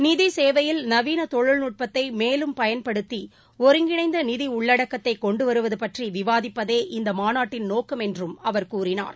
நிதிச் சேவையில் நவீன தொழில்நுட்பத்தை மேலும் பயன்படுத்தி ஒருங்கிணைந்த நிதி உள்ளடக்கத்தை கொண்டு வருவது பற்றி விவாதிப்பதே இந்த மாநாட்டின் நோக்கம் என்றும் அவர் கூறினார்